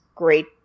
great